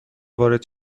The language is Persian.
وارد